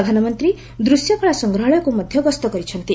ପ୍ରଧାନମନ୍ତ୍ରୀ ଦୃଶ୍ୟକଳା ସଂଗ୍ରହାଳୟକୁ ମଧ୍ୟ ଗସ୍ତ କରିଛନ୍ତି